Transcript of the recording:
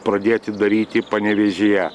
pradėti daryti panevėžyje